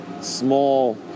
small